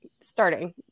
starting